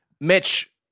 Mitch